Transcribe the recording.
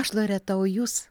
aš loreta o jūs